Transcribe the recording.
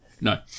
No